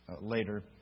later